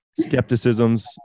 skepticisms